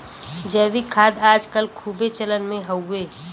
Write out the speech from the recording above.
जैविक खाद आज कल खूबे चलन मे हउवे